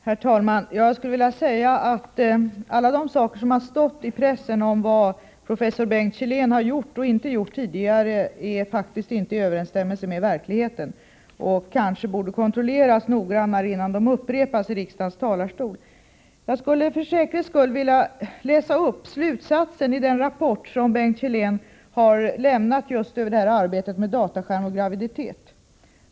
Herr talman! Jag skulle vilja säga att alla de uppgifter som stått i pressen om vad professor Bengt Källén har gjort och inte gjort tidigare faktiskt inte står i överensstämmelse med verkligheten. Kanske borde de kontrolleras noggrannare innan de upprepas från riksdagens talarstol. Jag skulle för säkerhets skull vilja läsa upp slutsatsen i den rapport som Bengt Källén har lämnat om just arbetet med frågan om dataskärmar och 95 graviditet.